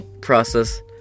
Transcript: process